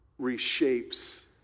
reshapes